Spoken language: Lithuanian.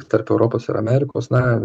tarp europos ir amerikos na